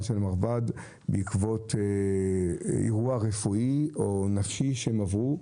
של מרב"ד בעקבות אירוע רפואי או נפשי שהם עברו.